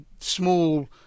small